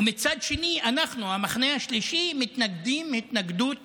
מצד שני, אנחנו, המחנה השלישי, מתנגדים התנגדות